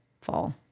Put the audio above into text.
fall